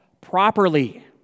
properly